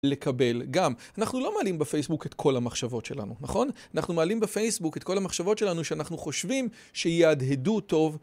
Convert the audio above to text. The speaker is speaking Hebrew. לקבל גם. אנחנו לא מעלים בפייסבוק את כל המחשבות שלנו, נכון? אנחנו מעלים בפייסבוק את כל המחשבות שלנו שאנחנו חושבים שיהדהדו טוב.